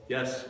Yes